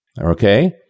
Okay